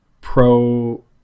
pro